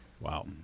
Wow